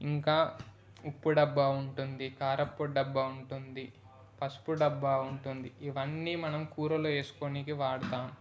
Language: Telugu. ఇంకా ఉప్పు డబ్బా ఉంటుంది కారంపొడి డబ్బా ఉంటుంది పసుపు డబ్బా ఉంటుంది ఇవన్నీ మనం కూరలో వేసుకోవడానికి వాడతాము